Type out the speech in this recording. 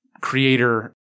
creator